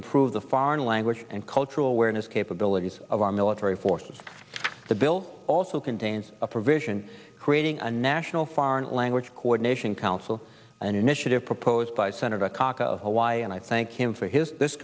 improve the foreign language and cultural awareness capabilities of our military forces the bill also contains a provision creating a national foreign language coordination council an initiative proposed by senator akaka of hawaii and i thank him for his this